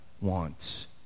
wants